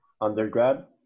undergrad